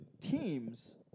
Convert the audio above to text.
teams